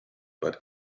but